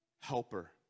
helper